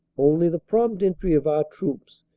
only the prompt entry of our troops,